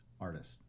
artist